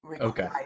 Okay